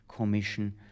commission